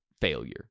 failure